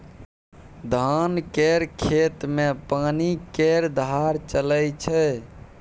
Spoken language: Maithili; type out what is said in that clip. धान केर खेत मे पानि केर धार चलइ छै